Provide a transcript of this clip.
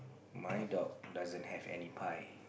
my dog doesn't have any pie